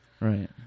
Right